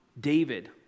David